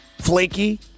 flaky